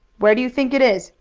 where do you think it is?